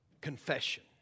confession